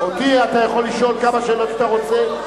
אותי אתה יכול לשאול כמה שאלות שאתה רוצה,